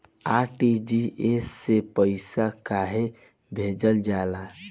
RTGS से पइसा कहे भेजल जाला?